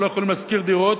שלא יכולים לשכור דירות,